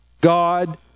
God